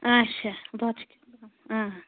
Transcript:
اچھا آ